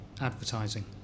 advertising